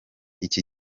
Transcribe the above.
iki